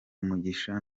umugisha